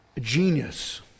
Genius